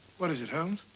what is it, holmes?